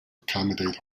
accommodate